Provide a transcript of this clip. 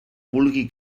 vulga